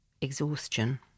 exhaustion